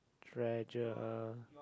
treasure